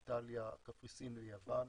איטליה, קפריסין ויוון,